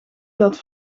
dat